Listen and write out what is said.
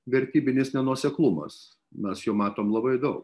vertybinis nenuoseklumas mes jo matome labai daug